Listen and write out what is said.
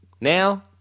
Now